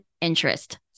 interest